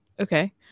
okay